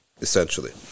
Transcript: essentially